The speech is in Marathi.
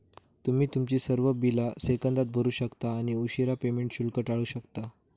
तुम्ही तुमची सर्व बिला सेकंदात भरू शकता आणि उशीरा पेमेंट शुल्क टाळू शकता